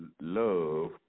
love